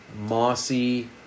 mossy